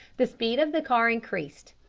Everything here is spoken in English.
the speed of the car increased.